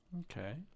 okay